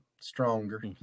stronger